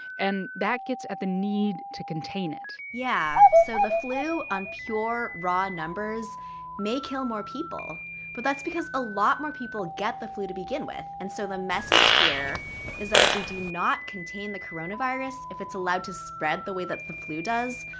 and that gets at the need to contain it yeah. so the flu on pure, raw numbers may kill more people but that's because a lot more people get the flu to begin with. and so the message here is that if we do not contain the coronavirus, if it's allowed to spread the way that the flu does,